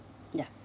ya